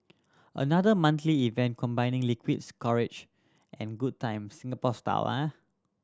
another monthly event combining liquid's courage and good times Singapore style